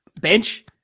Bench